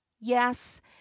yes